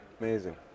amazing